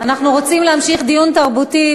אנחנו רוצים להמשיך דיון תרבותי.